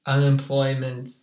Unemployment